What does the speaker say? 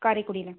காரைக்குடியில்